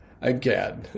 again